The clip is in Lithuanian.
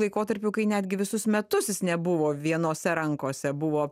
laikotarpių kai netgi visus metus jis nebuvo vienose rankose buvo